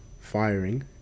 firing